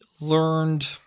learned